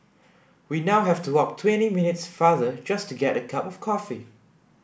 we now have to walk twenty minutes farther just to get a cup of coffee